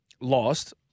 lost